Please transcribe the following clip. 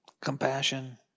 Compassion